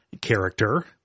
character